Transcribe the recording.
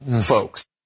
folks